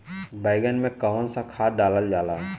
बैंगन में कवन सा खाद डालल जाला?